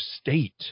state